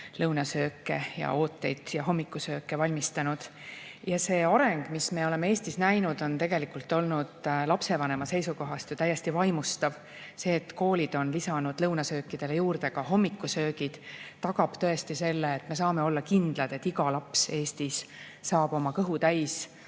lõunasööke, ooteid ja hommikusööke valmistanud. See areng, mida me oleme Eestis näinud, on olnud lapsevanema seisukohast ju täiesti vaimustav. See, et koolid on lisanud lõunasöökidele juurde ka hommikusöögid, tagab tõesti selle, et me saame olla kindlad, et iga laps Eestis saab oma kõhu täis,